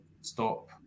stop